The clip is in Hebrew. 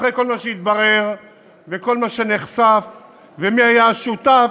אחרי כל מה שהתברר וכל מה שנחשף ומי היה השותף,